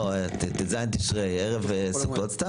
לא, ט"ז תשרי, ערב סוכות.